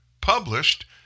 published